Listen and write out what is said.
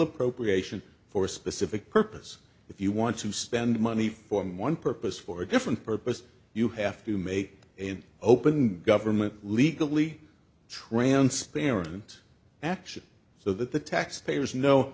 appropriation for a specific purpose if you want to spend money for one purpose for a different purpose you have to make an open government legally transparent action so that the taxpayers know